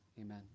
amen